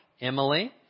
Emily